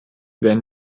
werden